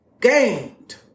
gained